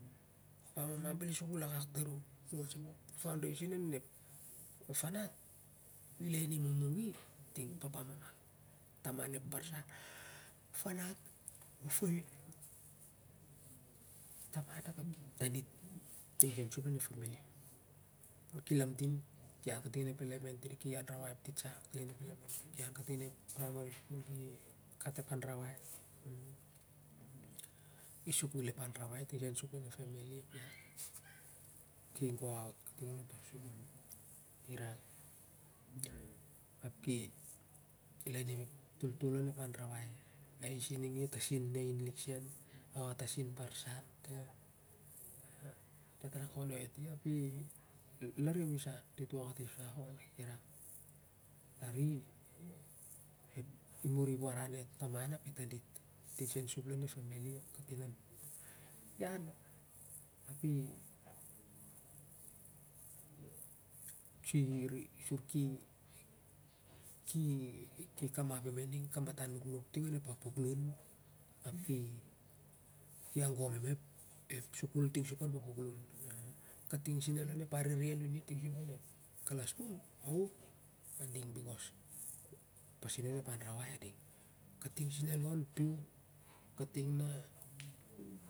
Papa mama bel sukul akak tar uh ep faundeisen nan ep fanat nu lainim mung mung i ding papa mama taman ep barsan uh fain tah dit, taman tiga sup on i ding ep famili na kilauntin ki ahu kating onep elemtry ki anrawai ep titsa ki ahu kating onep praimari ki gat ep anrawai i sukul ep anrawai tiga sup sen onep femili ap ki go aut kaking on to sukul irak, ap ki lainim ep toltol onep anrawai tat i tik sen ah tasin ain lik sen oh ah tasin barsan oh diat rakonoi i ti ap i muri sen eh taman dira eh tandit ting sen sup lon ep femili kating an ian. Sur kiki kamap i ma to kamatat mngnung ting an puklun ap ki agom i mah ep sukul ting an pal puklun kating sen a lo onep arere anuni ting lon kalas nim aoh ah ding becos pasin anrawai ding sup onep lalaun anun.